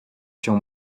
się